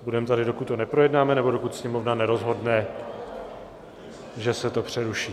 Budeme tady, dokud to neprojednáme nebo dokud Sněmovna nerozhodne, že se to přeruší.